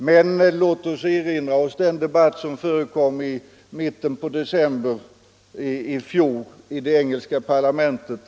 Men låt oss erinra oss den debatt som i mitten av december i fjol fördes i det engelska parlamentet.